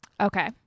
Okay